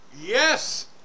yes